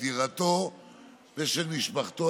את דירתו ודירת משפחתו,